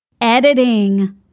Editing